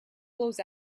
goes